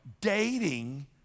Dating